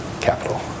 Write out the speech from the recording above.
Capital